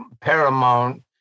paramount